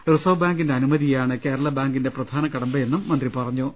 reserve ബാങ്കിന്റെ അനുമതിയാണ് കേരള ബാങ്കിന്റെ പ്രധാന കടമ്പയെന്നും മന്ത്രി പറഞ്ഞു